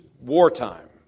wartime